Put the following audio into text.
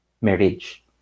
marriage